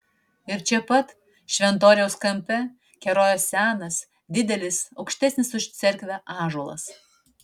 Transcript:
ir čia pat šventoriaus kampe kerojo senas didelis aukštesnis už cerkvę ąžuolas